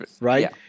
Right